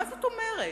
מה זאת אומרת?